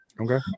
Okay